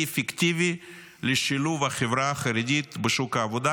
אפקטיבי לשילוב החברה החרדית בשוק העבודה,